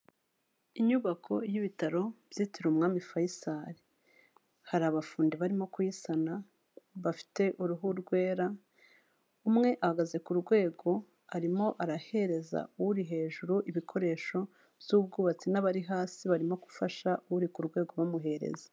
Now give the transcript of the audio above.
Inyubako y'ibitaro byitiriwe umwami Faisal, hari abafundi barimo kuyisana bafite uruhu rwera, umwe ahagaze ku rwego arimo arahereza uri hejuru ibikoresho by'ubwubatsi n'abari hasi barimo gufasha uri ku rwego bamuhereza.